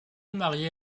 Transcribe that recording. marié